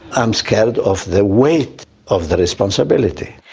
i'm scared of the weight of the responsibility.